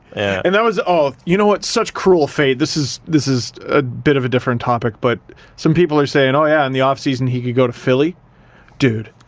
and that was all you know, what's such cruel fate? this is this is a bit of a different topic, but some people are saying oh, yeah and in the off-season he could go to philly dude.